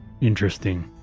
Interesting